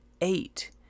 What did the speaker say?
eight